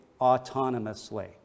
autonomously